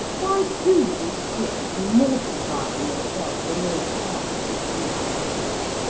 why do you sit mortifying yourself in those arctic regions?